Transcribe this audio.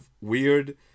weird